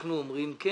ואנחנו אומרים כן.